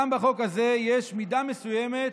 גם בחוק הזה יש מידה מסוימת